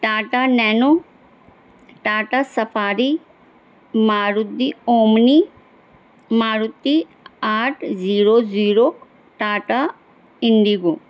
Tata Nano Tata Safari Maruti Omni Maruti eight zero zero Tata Indigo